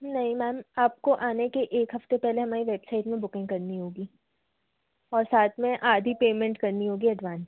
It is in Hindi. नहीं मैम आपको आने के एक हफ़्ते पहले हमारी वेबसाईट में बुकिंग करनी होगी और साथ में आधी पेमेंट करनी होगी एडवांस